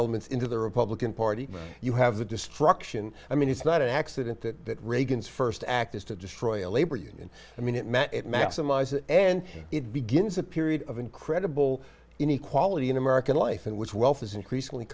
elements into the republican party you have the destruction i mean it's not an accident that reagan's first act is to destroy a labor union i mean it meant it maximises and it begins a period of incredible inequality in american life in which wealth is increasingly